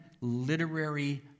literary